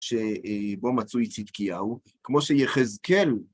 שבו מצוי צדקיהו, כמו שיחזקאל.